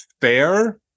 fair